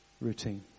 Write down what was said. routine